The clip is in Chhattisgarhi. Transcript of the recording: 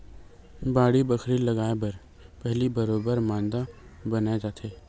बाड़ी बखरी लगाय बर पहिली बरोबर मांदा बनाए जाथे